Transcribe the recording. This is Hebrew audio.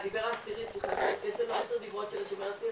יש לנו עשר דברות של השומר הצעיר,